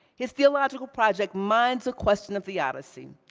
his theological project mines a question of the odyssey,